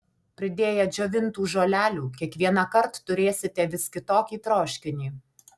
pridėję džiovintų žolelių kiekvienąkart turėsite vis kitokį troškinį